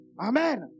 Amen